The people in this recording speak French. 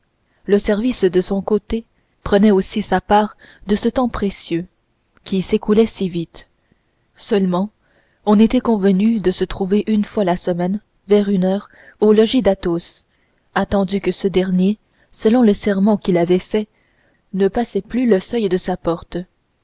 le service de son côté prenait aussi sa part de ce temps précieux qui s'écoulait si vite seulement on était convenu de se trouver une fois la semaine vers une heure au logis d'athos attendu que ce dernier selon le serment qu'il avait fait ne passait plus le seuil de sa porte